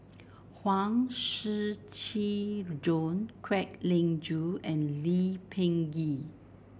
Huang Shiqi Joan Kwek Leng Joo and Lee Peh Gee